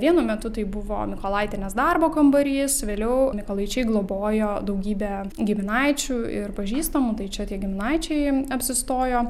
vienu metu tai buvo mykolaitienės darbo kambarys vėliau mykolaičiai globojo daugybę giminaičių ir pažįstamų tai čia tie giminaičiai apsistojo